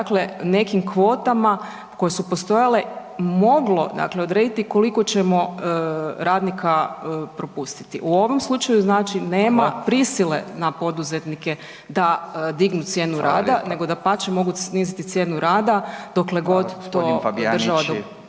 se nekim kvotama koje su postojale moglo odrediti koliko ćemo radnika propustiti. U ovom slučaju nema prisile na poduzetnike da dignu cijenu rada nego dapače mogu sniziti cijenu rada dokle god to država